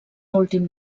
últim